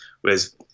whereas